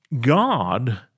God